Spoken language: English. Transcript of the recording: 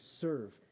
serve